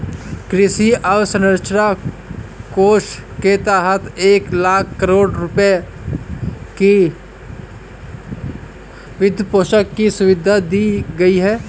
कृषि अवसंरचना कोष के तहत एक लाख करोड़ रुपए की वित्तपोषण की सुविधा दी गई है